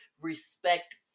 respect